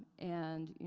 and you